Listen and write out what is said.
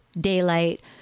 daylight